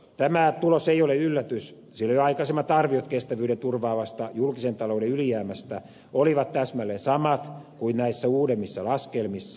tämä tulos ei ole yllätys sillä jo aikaisemmat arviot kestävyyden turvaavasta julkisen talouden ylijäämästä olivat täsmälleen samat kuin näissä uudemmissa laskelmissa